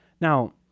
Now